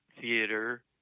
theater